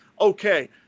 Okay